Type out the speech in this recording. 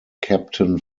captain